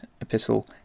Epistle